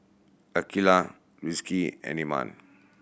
Aqeelah Rizqi and Iman